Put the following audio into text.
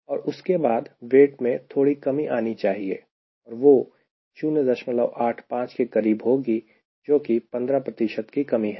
और उसके बाद वेट में थोड़ी कमी आनी चाहिए और वह 085 के करीब होगी जोकि 15 की कमी है